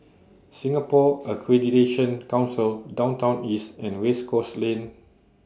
Singapore Accreditation Council Downtown East and Race Course Lane